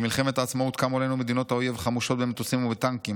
במלחמת העצמאות קמו עלינו מדינות האויב חמושות במטוסים ובטנקים.